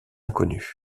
inconnu